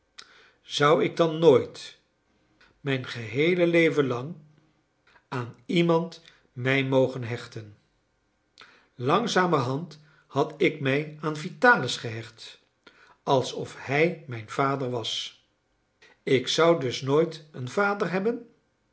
zou ik dan nooit mijn geheele leven lang aan iemand mij mogen hechten langzamerhand had ik mij aan vitalis gehecht alsof hij mijn vader was ik zou dus nooit een vader hebben